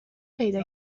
پیدا